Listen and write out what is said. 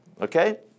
Okay